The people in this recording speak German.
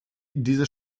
diese